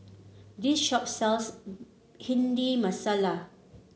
this shop sells Bhindi Masala